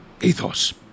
ethos